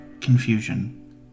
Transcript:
confusion